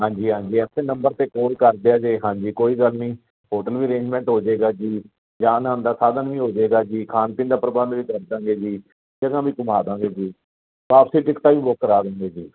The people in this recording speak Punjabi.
ਹਾਂਜੀ ਹਾਂਜੀ ਇਸੇ ਨੰਬਰ 'ਤੇ ਫੋਨ ਕਰਦੇ ਆ ਜੇ ਹਾਂਜੀ ਕੋਈ ਗੱਲ ਨਹੀਂ ਹੋਟਲ ਵੀ ਅਰੇਂਜਮੈਂਟ ਹੋ ਜਾਏਗਾ ਜੀ ਜਾਣ ਆਉਣ ਦਾ ਸਾਧਨ ਵੀ ਹੋ ਜਾਏਗਾ ਜੀ ਖਾਣ ਪੀਣ ਦਾ ਪ੍ਰਬੰਧ ਵੀ ਕਰ ਦੇਵਾਂਗੇ ਜੀ ਜਗਾ ਵੀ ਘੁੰਮਾ ਦੇਵਾਂਗੇ ਜੀ ਵਾਪਸੀ ਟਿਕਟਾਂ ਵੀ ਬੁੱਕ ਕਰਾ ਦਿੰਦੇ ਜੀ